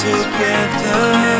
Together